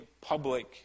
public